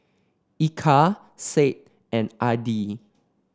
Eka Said and Adi